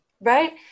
Right